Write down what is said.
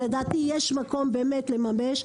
לדעתי יש מקום לממש את העצות הללו.